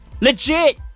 Legit